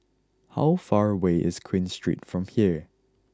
how far away is Queen Street from here